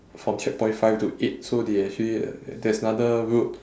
from checkpoint five to eight so they actually uh there's another route